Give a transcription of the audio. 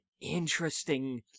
interesting